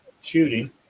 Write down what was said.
shooting